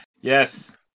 Yes